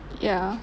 ya